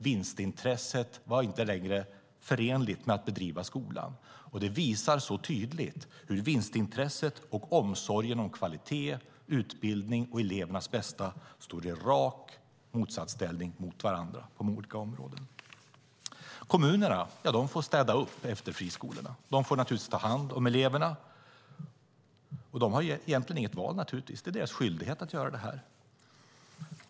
Vinstintresset var inte längre förenligt med att bedriva skola. Det visar tydligt hur vinstintresset och omsorgen om kvalitet, utbildning och elevernas bästa, står i rak motsatsställning till varandra på de olika områdena. Kommunerna får städa upp efter friskolorna. De får naturligtvis ta hand om eleverna. De har egentligen inget val; det är deras skyldighet att göra detta.